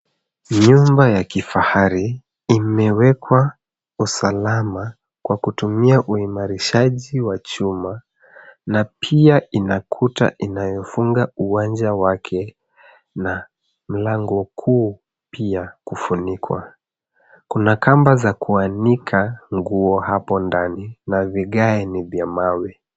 Nyumba ya kifahari imewekwa usalama kwa kutumia uimarishaji wa chuma na pia ina kuta inayofunga uwanja wake na mlango kuu ya kufunikwa. Kuna kamba za kuanika nguo hapo ndani na vigae ni vya mawe.